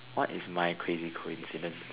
what is my crazy coincidence